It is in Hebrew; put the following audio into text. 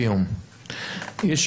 וזה